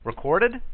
Recorded